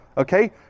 okay